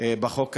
בחוק הזה,